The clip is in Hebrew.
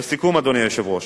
לסיכום, אדוני היושב-ראש,